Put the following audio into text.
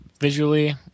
Visually